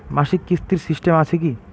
মাসিক কিস্তির সিস্টেম আছে কি?